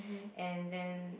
and then